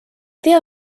tea